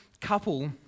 couple